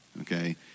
okay